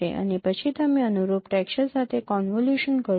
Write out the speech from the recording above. અને પછી તમે અનુરૂપ ટેક્સચર સાથે કોનવોલ્યુશન કરશો